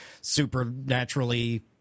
supernaturally